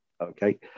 Okay